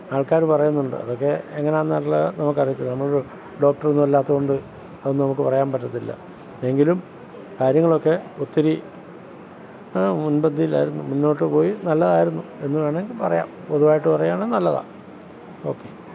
ആള്ക്കാർ പറയുന്നുണ്ട് അതൊക്കെ എങ്ങനെയാണെന്നുള്ളത് നമുക്കറിയത്തില്ല നമ്മളൊരു ഡോക്ടറൊന്നും അല്ലാത്തതുകൊണ്ട് അതൊന്നും നമുക്ക് പറയാന് പറ്റത്തില്ല എങ്കിലും കാര്യങ്ങളൊക്കെ ഒത്തിരി മുന്പന്തിയിലായിരുന്നു മുന്നോട്ട് പോയി നല്ലതായിരുന്നു എന്ന് വേണമെങ്കിൽ പറയാം പൊതുവായിട്ട് പറയുകയാണെങ്കിൽ നല്ലതാണ് ഓക്കെ